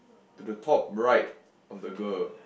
to the top right of the girl